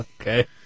Okay